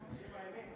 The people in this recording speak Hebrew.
בשם האמת.